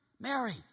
Mary